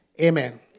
Amen